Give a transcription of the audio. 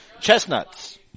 chestnuts